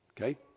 Okay